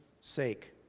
sake